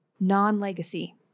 non-legacy